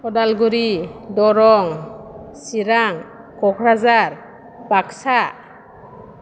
Udalguri Darrang Chirang Kokrajhar Baksa